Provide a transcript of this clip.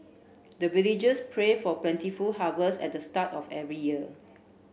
the villagers pray for plentiful harvest at the start of every year